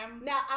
Now